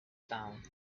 sound